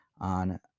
on